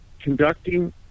conducting